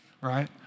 right